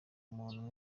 umuntu